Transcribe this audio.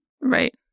Right